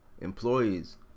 employees